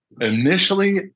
initially